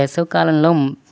వేసవి కాలంలో